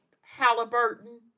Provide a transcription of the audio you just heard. Halliburton